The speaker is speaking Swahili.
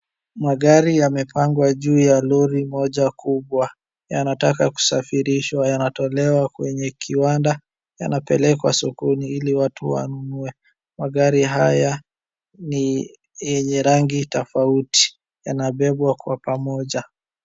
Magari yamepangwa juu ya lori moja kubwa, yanataka kusafirishwa yanatolewa kwenye kiwanda yanapelekwa sokoni ili watu wanunue. magari haya ni yenye rangi tofauti yanabebwa kwa pamoja.